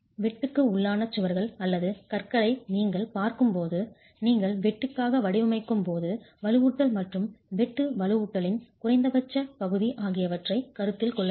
வெட்டுக்கு உள்ளான சுவர்கள் அல்லது கற்றைகளை நீங்கள் பார்க்கும்போது நீங்கள் வெட்டுக்காக வடிவமைக்கும்போது வலுவூட்டல் மற்றும் வெட்டு வலுவூட்டலின் குறைந்தபட்ச பகுதி ஆகியவற்றைக் கருத்தில் கொள்ள வேண்டும்